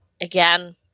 again